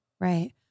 right